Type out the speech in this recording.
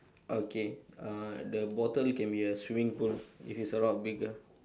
okay uh the bottle can be a swimming pool if it's a lot bigger